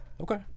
okay